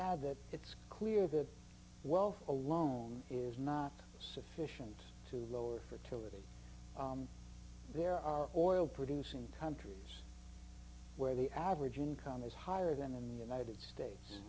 add that it's clear that wealth alone is not sufficient to lower fertility there are oil producing countries where the average income is higher than in the united states